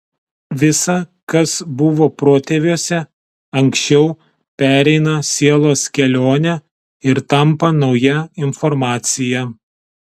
visa kas buvo protėviuose anksčiau pereina sielos kelionę ir tampa nauja informacija